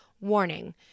Warning